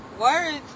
Words